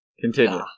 continue